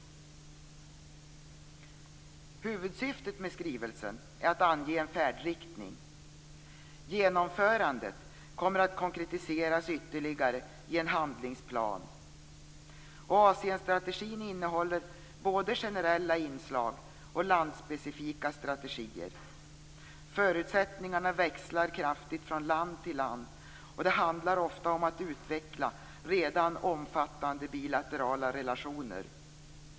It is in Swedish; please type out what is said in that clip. Huvudsyftet med skrivelsen är att ange en färdriktning. Genomförandet kommer att konkretiseras ytterligare i en handlingsplan. Asienstrategin innehåller både generella inslag och landspecifika strategier. Förutsättningarna växlar kraftigt från land till land, och det handlar ofta om att utveckla redan omfattande bilaterala relationer.